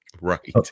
Right